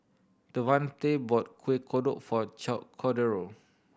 Devante bought Kuih Kodok for Cordero